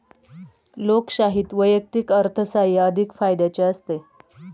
लोकशाहीत वैयक्तिक अर्थसाहाय्य अधिक फायद्याचे असते